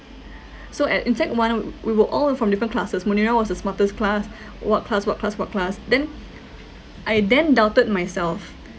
so at in sec one we were all uh from different classes munirah was the smartest class what class what class what class then I then doubted myself